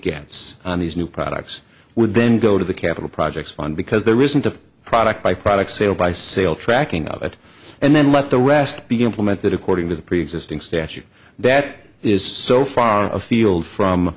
gets on these new products would then go to the capital projects fund because there isn't a product by product sale by sale tracking of it and then let the rest be implemented according to the preexisting statute that is so far afield from